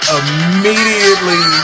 immediately